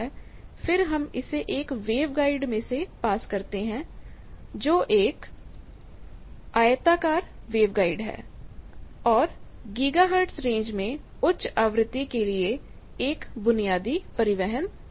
फिर हम इसे एक वेवगाइड में से पास करते हैं जो एक आयताकार वेवगाइड है और गीगाहर्ट्ज़ रेंज में उच्च आवृत्ति के लिए एक बुनियादी परिवहन तंत्र है